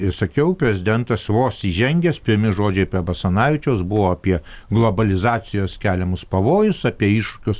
ir sakiau prezidentas vos įžengęs pirmi žodžiai prie basanavičiaus buvo apie globalizacijos keliamus pavojus apie iššūkius